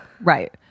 Right